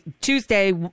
Tuesday